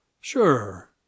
Sure